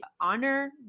honor